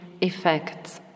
effects